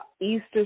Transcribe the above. Easter